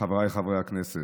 חבריי חברי הכנסת,